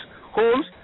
homes